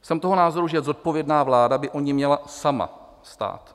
Jsem toho názoru, že zodpovědná vláda by o ni měla sama stát.